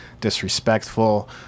disrespectful